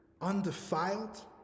undefiled